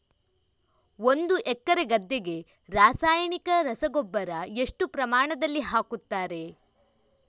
ಒಂದು ಎಕರೆ ಗದ್ದೆಗೆ ರಾಸಾಯನಿಕ ರಸಗೊಬ್ಬರ ಎಷ್ಟು ಪ್ರಮಾಣದಲ್ಲಿ ಹಾಕುತ್ತಾರೆ?